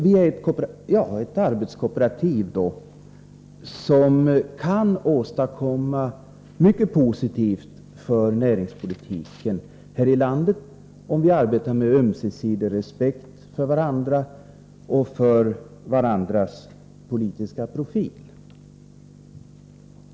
Vi är ett arbetskooperativ som kan åstadkomma mycket positivt för näringspolitiken här i landet, om vi arbetar med ömsesidig respekt för varandra och för varandras politiska profil.